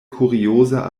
kurioza